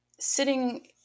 sitting